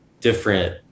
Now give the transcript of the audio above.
different